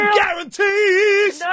guarantees